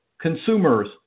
consumers